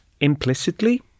implicitly